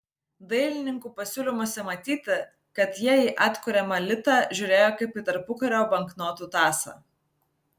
dailininkų pasiūlymuose matyti kad jie į atkuriamą litą žiūrėjo kaip į tarpukario banknotų tąsą